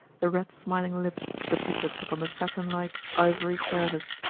the red, smiling lips depicted upon the satinlike, ivory surface.